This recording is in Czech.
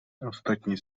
ostatní